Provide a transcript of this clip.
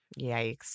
Yikes